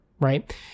right